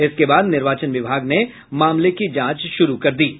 इसके बाद निर्वाचन विभाग ने मामले की जांच शुरू कर दी है